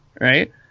right